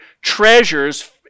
treasures